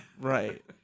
Right